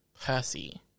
Percy